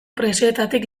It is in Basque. presioetatik